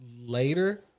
later